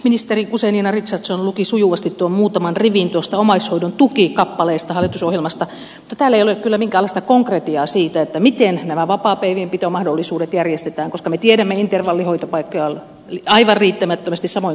ministeri guzenina richardson luki sujuvasti nuo muutamat rivit tuosta omaishoidon tuki kappaleesta hallitusohjelmasta mutta täällä ei ole kyllä minkäänlaista konkretiaa siitä miten nämä vapaapäivien pitomahdollisuudet järjestetään koska me tiedämme että intervallihoitopaikkoja on aivan riittämättömästi samoin kotilomitusta